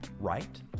right